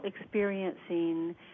experiencing